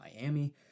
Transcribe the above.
Miami